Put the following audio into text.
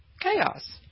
chaos